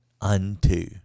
unto